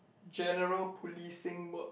general policing work